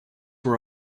were